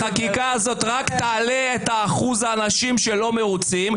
החקיקה הזאת רק תעלה את אחוז האנשים שלא מרוצים.